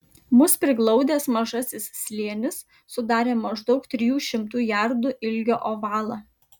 mus priglaudęs mažasis slėnis sudarė maždaug trijų šimtų jardų ilgio ovalą